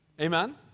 Amen